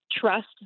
trust